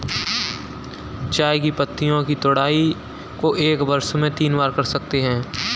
चाय की पत्तियों की तुड़ाई को एक वर्ष में तीन बार कर सकते है